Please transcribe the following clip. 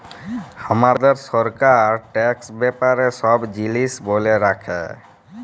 হামাদের সরকার ট্যাক্স ব্যাপারে সব জিলিস ব্যলে রাখে